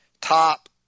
top